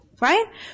Right